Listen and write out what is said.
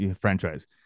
franchise